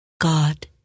God